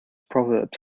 proverbs